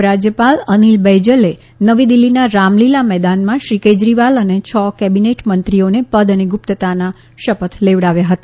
ઉપરાજયપાલ અનિલ બૈજલે નવી દિલ્હીના રામલીલા મેદાનમાં શ્રી કેજરીવાલ અને છ કેબિનેટ મંત્રીઓને પદ અને ગુપ્તતાના શપથ લેવડાવ્યા હતા